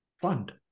fund